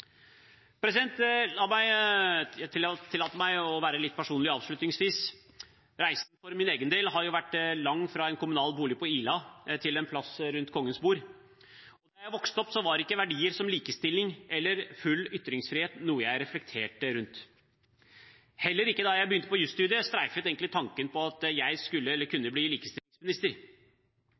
meg å være litt personlig avslutningsvis. Reisen for min egen del har vært lang, fra en kommunal bolig på Ila til en plass rundt Kongens bord. Da jeg vokste opp, var ikke verdier som likestilling eller full ytringsfrihet noe jeg reflekterte rundt. Heller ikke da jeg begynte på jusstudiet streifet tanken meg at jeg skulle eller kunne bli likestillingsminister.